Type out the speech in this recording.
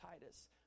Titus